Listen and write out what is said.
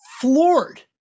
floored